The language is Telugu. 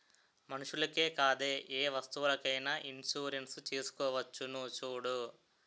మనుషులకే కాదే ఏ వస్తువులకైన ఇన్సురెన్సు చేసుకోవచ్చును చూడూ